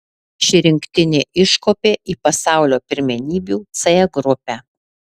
ši rinktinė iškopė į pasaulio pirmenybių c grupę